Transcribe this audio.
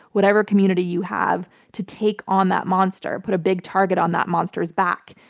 whatever community you have to take on that monster. put a big target on that monster's back.